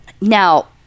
now